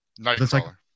Nightcrawler